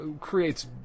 creates